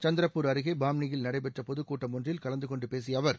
சந்திரப்பூர் அருகே பாம்னியில் நடைபெற்ற பொதுக் கூட்டம் ஒன்றில் கலந்தகொண்டு பேசிய அவர்